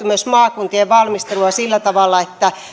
myös tukeneet maakuntien valmistelua sillä tavalla että